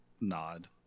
nod